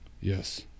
Yes